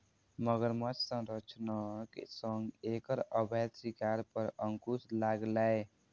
मगरमच्छ संरक्षणक सं एकर अवैध शिकार पर अंकुश लागलैए